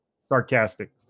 sarcastic